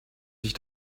sich